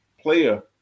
player